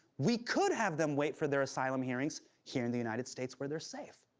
we could have them wait for their asylum hearings here in the united states where they're safe.